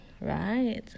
right